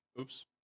oops